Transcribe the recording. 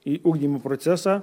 į ugdymo procesą